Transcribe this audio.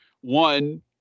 one